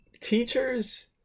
teachers